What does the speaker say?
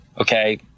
Okay